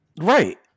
right